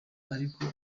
ariko